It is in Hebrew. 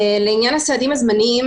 לעניין הסעדים הזמניים